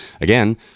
again